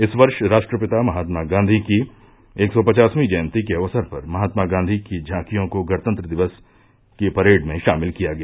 इस वर्ष राष्ट्रपिता महात्मा गांधी की एक सौ पचासवीं जयंती के अवसर पर महात्मा गांधी की झांकियों को गणतंत्र दिवस की परेड में शामिल किया गया